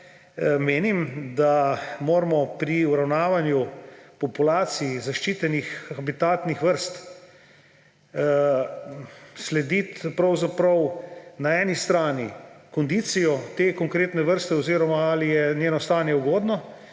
Menim, da moramo pri obravnavanju populacij zaščitenih habitatnih vrst slediti pravzaprav na eni strani kondicijo te konkretne vrste oziroma ali je njeno stanje ugodno